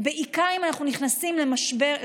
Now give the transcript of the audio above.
בעיקר אם אנחנו נכנסים למשבר,